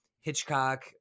Hitchcock